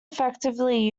effectively